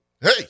Hey